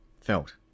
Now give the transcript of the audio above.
felt